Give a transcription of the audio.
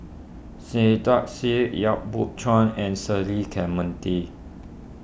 Saiedah Said Yap Boon Chuan and Cecil Clementi